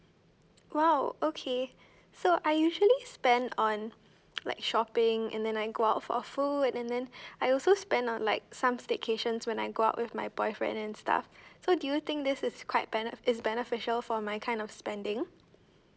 !wow! okay so I usually spend on like shopping and then I go out for food and then I also spend on like some staycations when I go out with my boyfriend and stuff so do you think this is quite bene~ is beneficial for my kind of spending